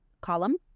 column